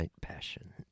passion